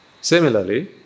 Similarly